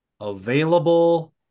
available